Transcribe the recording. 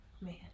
Man